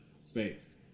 space